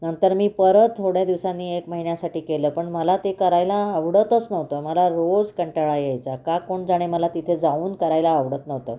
नंतर मी परत थोड्या दिवसांनी एक महिन्यासाठी केलं पण मला ते करायला आवडतच नव्हतं मला रोज कंटाळा यायचा का कोण जाणे मला तिथे जाऊन करायला आवडत नव्हतं